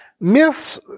Myths